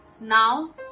Now